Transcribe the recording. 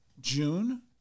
June